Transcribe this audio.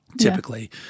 typically